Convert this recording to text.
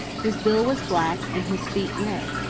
his bill was black and his feet red.